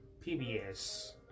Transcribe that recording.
PBS